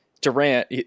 Durant